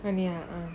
and ya